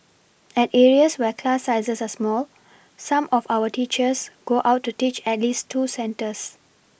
at areas where class sizes are small some of our teachers go out to teach at least two centres